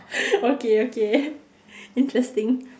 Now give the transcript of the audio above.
okay okay interesting